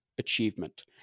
achievement